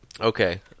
Okay